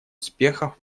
успехов